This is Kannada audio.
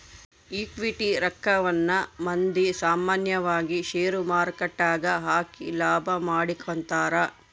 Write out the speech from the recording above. ಈಕ್ವಿಟಿ ರಕ್ಕವನ್ನ ಮಂದಿ ಸಾಮಾನ್ಯವಾಗಿ ಷೇರುಮಾರುಕಟ್ಟೆಗ ಹಾಕಿ ಲಾಭ ಮಾಡಿಕೊಂತರ